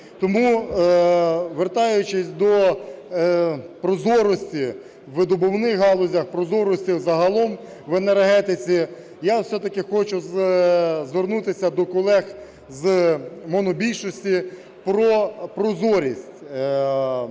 Тому, вертаючись до прозорості у видобувних галузях, прозорості загалом в енергетиці, я все-таки хочу звернутися до колег з монобільшості про прозорість.